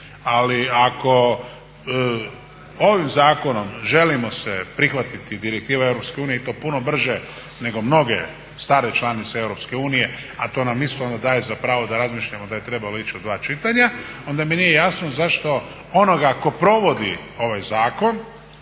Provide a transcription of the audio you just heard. ali ako ovim zakonom želimo se prihvatiti direktiva EU i to puno brže nego mnoge stare članice EU, a to nam isto daje za pravo da razmišljamo da je trebalo ići u dva čitanja, onda mi nije jasno zašto onoga tko provodi ovaj zakon